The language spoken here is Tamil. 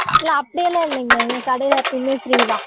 இல்லை அப்படி எல்லாம் இல்லைங்க எங்கள் கடையில் எப்போவுமே ஃப்ரீ தான்